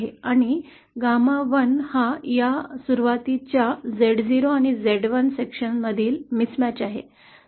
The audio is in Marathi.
आणि GAMAin1 हा या सुरुवातीच्या Z0 आणि Z1 विभागांमधील mismatch आहे